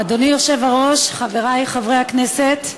אדוני היושב-ראש, חברי חברי הכנסת,